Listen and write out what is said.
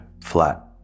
flat